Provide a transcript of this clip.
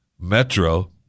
Metro